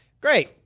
great